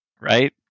Right